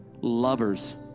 lovers